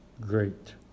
great